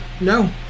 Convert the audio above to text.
No